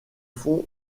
fond